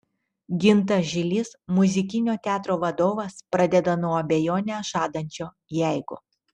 gintas žilys muzikinio teatro vadovas pradeda nuo abejonę žadančio jeigu